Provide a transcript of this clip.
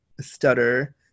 stutter